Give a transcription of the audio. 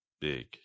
big